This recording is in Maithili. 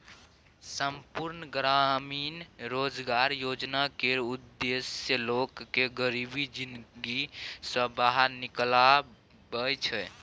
संपुर्ण ग्रामीण रोजगार योजना केर उद्देश्य लोक केँ गरीबी जिनगी सँ बाहर निकालब छै